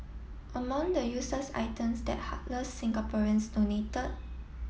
among the useless items that heartless Singaporeans donated